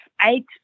eight